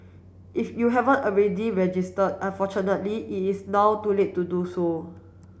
if you haven't already registered unfortunately it is now too late to do so